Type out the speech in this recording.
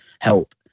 help